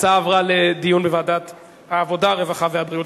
ההצעה עברה לדיון בוועדת העבודה, הרווחה והבריאות.